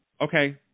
okay